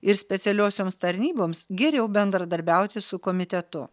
ir specialiosioms tarnyboms geriau bendradarbiauti su komitetu